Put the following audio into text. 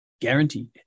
guaranteed